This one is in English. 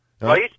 Right